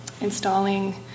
installing